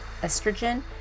estrogen